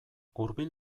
hurbil